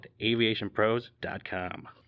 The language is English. aviationpros.com